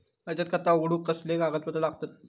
बचत खाता उघडूक कसले कागदपत्र लागतत?